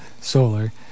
solar